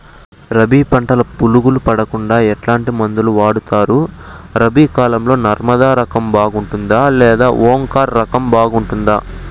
రబి పంటల పులుగులు పడకుండా ఎట్లాంటి మందులు వాడుతారు? రబీ కాలం లో నర్మదా రకం బాగుంటుందా లేదా ఓంకార్ రకం బాగుంటుందా?